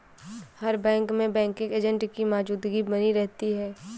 हर bank में banking agent की मौजूदगी बनी रहती है